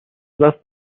دست